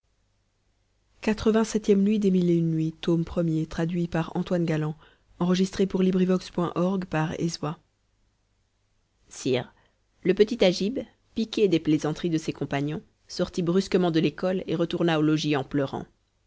sire le petit agib piqué des plaisanteries de ses compagnons sortit brusquement de l'école et retourna au logis en pleurant